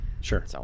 sure